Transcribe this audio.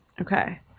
okay